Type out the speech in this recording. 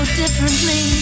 differently